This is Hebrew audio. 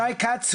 שי כץ,